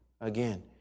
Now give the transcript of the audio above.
again